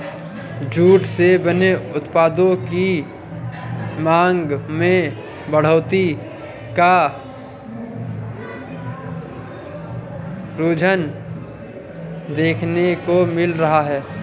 jute से बने उत्पादों की मांग में बढ़ोत्तरी का रुझान देखने को मिल रहा है